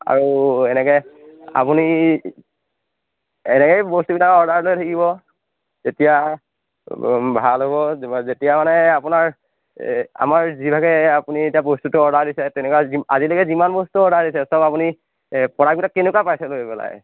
আৰু এনেকৈ আপুনি এনেকেই বস্তুবিলাক অৰ্ডাৰ লৈ থাকিব তেতিয়া ভাল হ'ব যেতিয়া মানে আপোনাৰ আমাৰ যিভাগে আপুনি এতিয়া বস্তুটো অৰ্ডাৰ দিছে তেনেকুৱা আজিলেকৈ যিমান বস্তু অৰ্ডাৰ দিছে চব আপুনি প্ৰডাক্ট বিলাক কেনেকুৱা পাইছে লৈ পেলাই